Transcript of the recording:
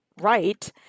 right